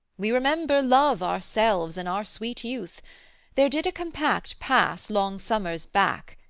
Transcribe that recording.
we remember love ourselves in our sweet youth there did a compact pass long summers back,